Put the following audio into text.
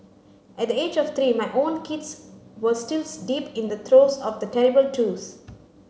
at the age of three my own kids were still deep in the throes of the terrible twos